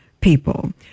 people